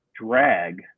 drag